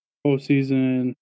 postseason